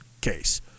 case